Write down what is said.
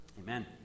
Amen